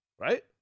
right